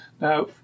Now